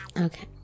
Okay